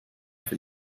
für